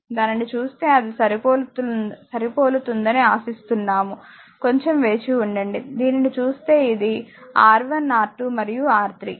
దానిని చూస్తే అది సరిపోలుతుందని ఆశిస్తున్నాము కొంచెం వేచివుండండి దీనిని చూస్తే ఇది R1R2 మరియు R3